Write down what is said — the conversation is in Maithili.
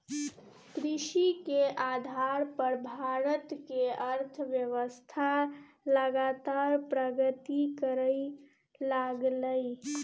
कृषि के आधार पर भारत के अर्थव्यवस्था लगातार प्रगति करइ लागलइ